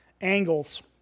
angles